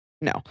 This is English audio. No